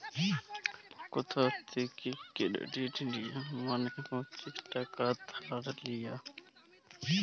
কথা থ্যাকে কেরডিট লিয়া মালে হচ্ছে টাকা ধার লিয়া